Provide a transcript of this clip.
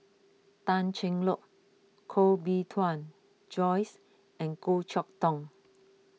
Tan Cheng Lock Koh Bee Tuan Joyce and Goh Chok Tong